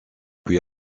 puis